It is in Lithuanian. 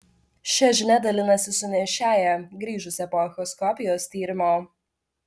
šia žinia dalinasi su nėščiąja grįžusia po echoskopijos tyrimo